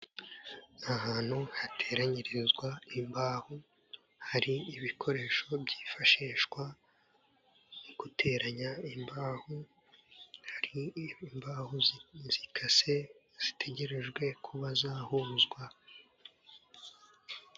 Ahantu hateranyirizwa imbaho hari ibikoresho byifashishwa mu guteranya imbaho hari imbaho zikase zitegerejwe kuba zahuzwa.